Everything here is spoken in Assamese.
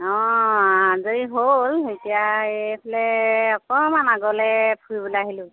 অঁ অঁ আজৰি হ'ল এতিয়া এইফালে অকণমান আগলৈ ফুৰিবলৈ আহিলোঁ